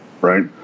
right